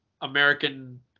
American